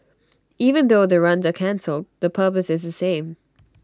even though the runs are cancelled the purpose is the same